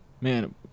Man